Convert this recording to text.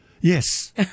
Yes